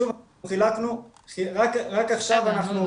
אנחנו נמצאים במקום שבו אנחנו יודעים גם לקשר,